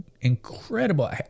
incredible—